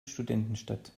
studentenstadt